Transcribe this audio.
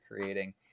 creating